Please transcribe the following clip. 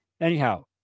Anyhow